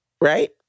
right